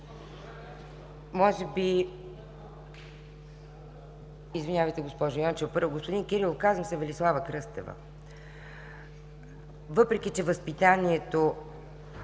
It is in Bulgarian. КРЪСТЕВА: Извинявайте, госпожо Йончева. Първо, господин Кирилов, казвам се Велислава Кръстева. Въпреки че възпитанието